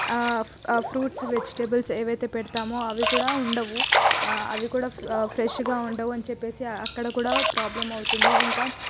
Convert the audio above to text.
ఆ fruits vegetables ఏవైతే పెడతామో అవి కూడా ఉండవు అవి కూడా ఫ్రెష్గా ఉండవు అని చెప్పేసి అక్కడ కూడా ప్రాబ్లెమ్ అవుతుంది ఇంకా